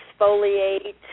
exfoliate